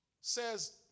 says